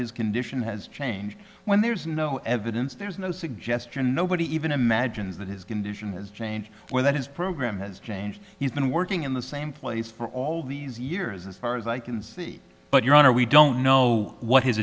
his condition has changed when there's no evidence there's no suggestion nobody even imagines that his condition is change or that his program has changed he's been working in the same place for all these years as far as i can see but your honor we don't know what his